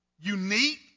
unique